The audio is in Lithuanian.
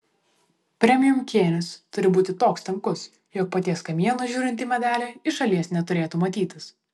premium kėnis turi būti toks tankus jog paties kamieno žiūrint į medelį iš šalies neturėtų matytis